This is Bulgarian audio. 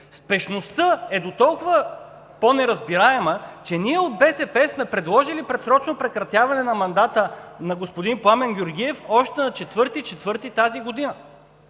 Спешността е дотолкова по-неразбираема, че ние от БСП сме предложили предсрочно прекратяване на мандата на господин Пламен Георгиев още на 4 април тази година.